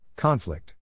Conflict